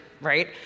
Right